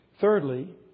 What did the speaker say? Thirdly